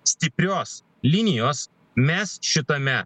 stiprios linijos mes šitame